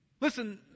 Listen